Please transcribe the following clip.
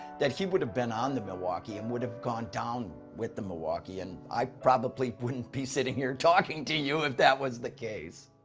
that he would have been on the milwaukee and would've gone done with the milwaukee and i probably wouldn't be sitting here talking to you if that was the case.